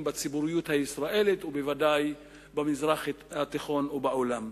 בציבוריות הישראלית ובוודאי במזרח התיכון ובעולם.